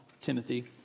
Timothy